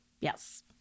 Yes